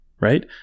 right